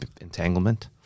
entanglement